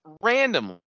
randomly